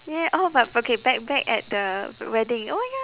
ya oh but okay back back at the the wedding oh ya